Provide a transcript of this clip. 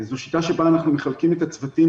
קפסולות זו שיטה שבה אנחנו מחלקים את הצוותים